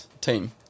team